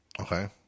Okay